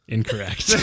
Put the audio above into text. Incorrect